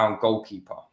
goalkeeper